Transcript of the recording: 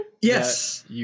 Yes